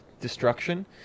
destruction